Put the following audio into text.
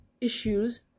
issues